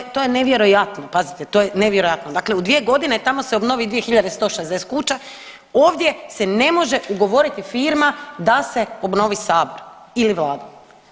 To je, to je, to je nevjerojatno, pazite to je nevjerojatno, dakle u 2.g. tamo se obnovi 2160 kuća, ovdje se ne može ugovoriti firma da se obnovi sabor ili vladu.